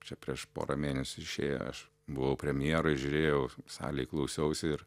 čia prieš porą mėnesių išėjo aš buvau premjeroj žiūrėjau salėj klausiausi ir